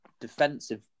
defensive